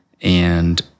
and-